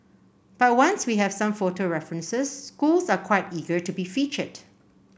but once we have some photo references schools are quite eager to be featured